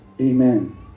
amen